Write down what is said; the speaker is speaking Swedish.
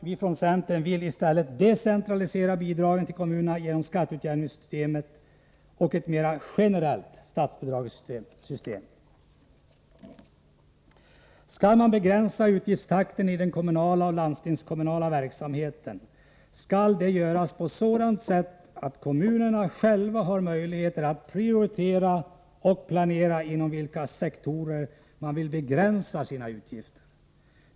Vi från centern vill i stället decentralisera bidragen till kommunerna genom skatteutjämningssystemet och ett mera generellt statsbidragssystem. Skall man begränsa utgiftstakten i den kommunala och landstingskommunala verksamheten, skall det göras på sådant sätt att kommunerna själva har möjligheter att prioritera och planera inom vilka sektorer de vill begränsa sina utgifter.